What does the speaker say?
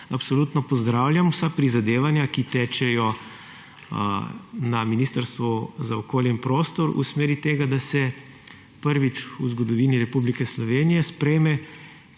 absolutno pozdravljam vsa prizadevanja, ki tečejo na Ministrstvu za okolje in prostor v smeri tega, da se prvič v zgodovini Republike Slovenije sprejme